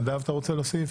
נדב, אתה רוצה להוסיף?